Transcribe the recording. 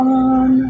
on